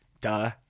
Duh